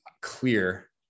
clear